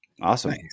Awesome